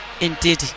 indeed